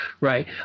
right